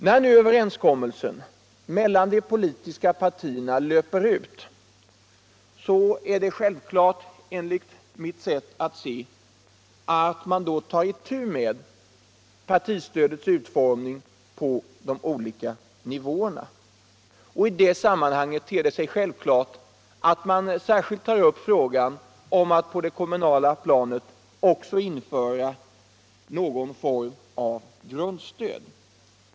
När nu överenskommelsen mellan de politiska partierna löper ut är det självklart, enligt mitt sätt att se, att man tar itu med partistödets utformning på de olika nivåerna. I det sammanhanget ter det sig naturligt att man särskilt tar upp frågan om att på det kommunala planet också införa någon form av grundstöd.